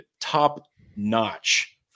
top-notch